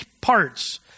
parts